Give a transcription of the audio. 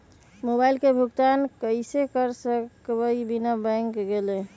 Mobile के भुगतान कईसे कर सकब बिना बैंक गईले?